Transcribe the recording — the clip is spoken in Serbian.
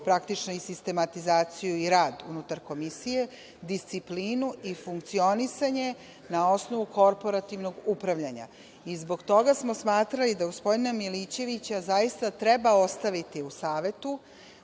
praktično sistematizaciju i rad unutar komisije, disciplinu i funkcionisanje na osnovu korporativnog upravljanja. Zbog toga smo smatrali da gospodina Milićevića zaista treba ostaviti u Savetu,